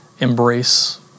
embrace